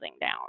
down